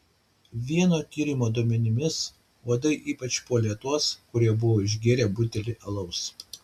vieno tyrimo duomenimis uodai ypač puolė tuos kurie buvo išgėrę butelį alaus